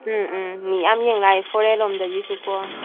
ꯎꯝ ꯎꯝ ꯃꯤ ꯌꯥꯝ ꯌꯦꯡ ꯂꯥꯛꯏ ꯐꯣꯔꯦꯟ ꯂꯣꯝꯗꯒꯤꯁꯨꯀꯣ